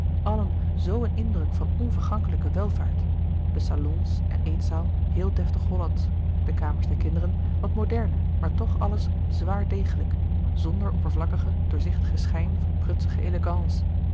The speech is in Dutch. allen zoo een indruk van onvergankelijke welvaart de salons en eetzaal heel deftig hollandsch de kamers der kinderen wat moderner maar toch alles zwaar degelijk zonder oppervlakkigen doorzichtigen schijn van prutsige elegance